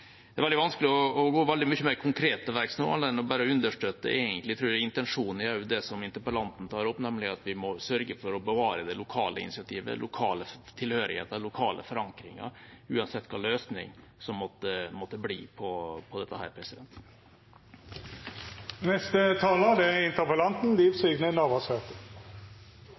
Det er veldig vanskelig å gå veldig mye mer konkret til verks nå, annet enn egentlig bare å understøtte, tror jeg, intensjonen i det som interpellanten tar opp, nemlig at vi må sørge for å bevare det lokale initiativet, den lokale tilhørigheten, den lokale forankringen, uansett hvilken løsning det måtte bli på dette.